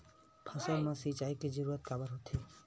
फसल मा सिंचाई के जरूरत काबर होथे?